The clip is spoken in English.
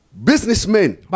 Businessmen